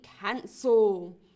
cancel